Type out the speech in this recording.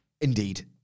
indeed